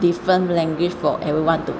different language for everyone to